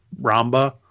ramba